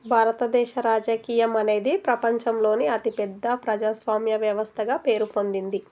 భారతదేశ రాజకీయం అనేది ప్రపంచంలోని అతిపెద్ద ప్రజాస్వామ్య వ్యవస్థగా పేరు పొందింది